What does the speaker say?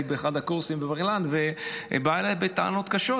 באחד הקורסים בבר-אילן ובאה אליי בטענות קשות.